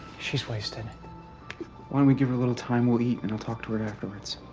she's wasted. why don't we give her a little time? we'll eat, and i'll talk to her afterwards.